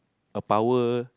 a power